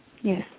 Yes